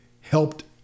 helped